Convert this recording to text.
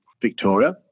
Victoria